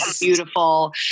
beautiful